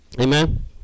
Amen